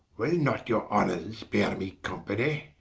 will not your honors beare me company?